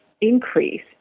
increase